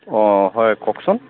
অঁ হয় কওকচোন